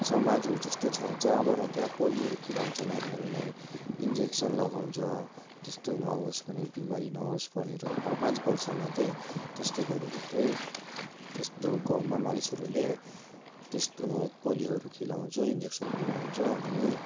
समाजहरूजस्तो छ जहाँबाट चाहिँ अब पोलियोहरू खिलाउँछ नानीहरूलाई इन्जेक्सन लगाउँछ त्यस्तो नहोस् भनेर बिमारी नहोस् भनेर पाँ पाँच वर्षमा चाहिँ त्यस्तो गरेर तै त्यस्तो गाउँमा मानिसहरूले त्यस्तो पोलियोहरू खिलाउँछ इन्जेक्सनहरू लगाउँछ अनि